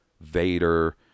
Vader